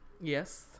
Yes